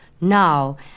Now